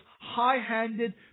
high-handed